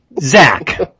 Zach